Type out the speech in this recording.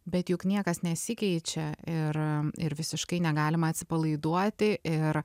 bet juk niekas nesikeičia ir ir visiškai negalima atsipalaiduoti ir